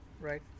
Right